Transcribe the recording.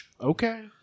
Okay